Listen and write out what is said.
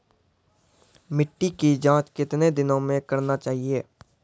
मिट्टी की जाँच कितने दिनों मे करना चाहिए?